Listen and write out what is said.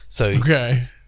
Okay